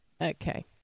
Okay